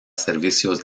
servicios